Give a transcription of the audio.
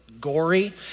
gory